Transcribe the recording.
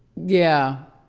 yeah.